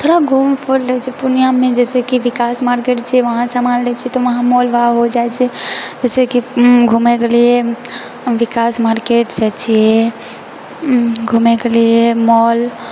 थोड़ा घूम फिर लै छियै पूर्णियामे जैसेकी विकाश मार्केट छै वहाँ समान लै छियै तऽवहाँ मोल भाव हो जाइ छै जैसेकी घुमैके लिए विकाश मार्किटसँ जे घुमैके लिए मॉल